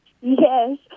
Yes